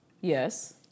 Yes